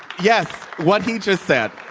yes. what he just said.